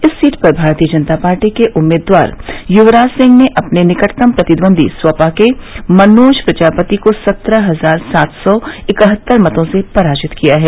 इस सीट पर भारतीय जनता पार्टी के उम्मीदवार युवराज सिंह ने अपने निकटतम प्रतिद्वंदी सपा के मनोज प्रजापति को सत्रह हजार सात सौ इकहत्तर मतों से पराजित किया है